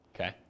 okay